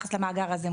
ביחס למאגר הזה מוסדרת,